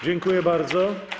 Dziękuję bardzo.